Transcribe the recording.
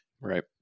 Right